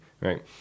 right